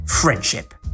Friendship